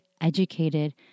educated